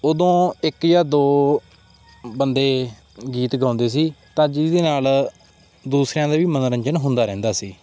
ਉਦੋਂ ਇਕ ਜਾਂ ਦੋ ਬੰਦੇ ਗੀਤ ਗਾਉਂਦੇ ਸੀ ਤਾਂ ਜਿਹਦੇ ਨਾਲ ਦੂਸਰਿਆਂ ਦਾ ਵੀ ਮਨੋਰੰਜਨ ਹੁੰਦਾ ਰਹਿੰਦਾ ਸੀ